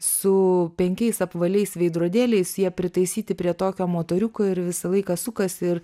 su penkiais apvaliais veidrodėliais jie pritaisyti prie tokio motoriuko ir visą laiką sukasi ir